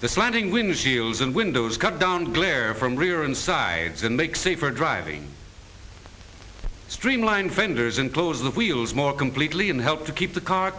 the slanting windshields and windows cut down glare from rear insides and make safer driving streamlined fenders and close the wheels more completely and help to keep the car